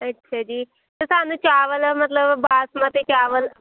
ਅੱਛਾ ਜੀ ਅਤੇ ਸਾਨੂੰ ਚਾਵਲ ਮਤਲਬ ਬਾਸਮਤੀ ਚਾਵਲ